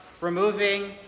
removing